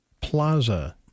Plaza